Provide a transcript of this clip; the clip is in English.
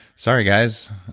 sorry guys.